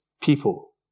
people